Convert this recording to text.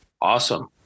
Awesome